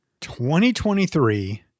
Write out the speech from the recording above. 2023